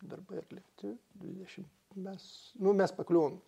darbai atlikti dvidešim mes nu mes pakliuvom